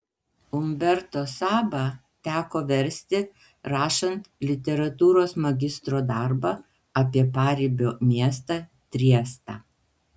umberto sabą teko versti rašant literatūros magistro darbą apie paribio miestą triestą